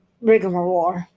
rigmarole